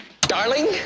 Darling